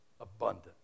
Abundant